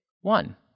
one